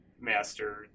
Master